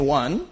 one